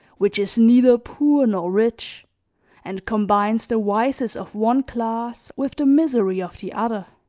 which is neither poor nor rich and combines the vices of one class with the misery of the other.